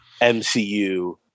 MCU